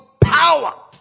power